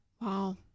wow